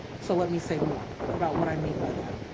so let me say more about what i mean by that.